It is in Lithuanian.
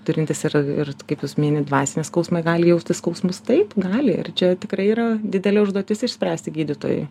turintys ir ir kaip jūs minit dvasinį skausmą gali jausti skausmus taip gali ir čia tikrai yra didelė užduotis išspręsti gydytojui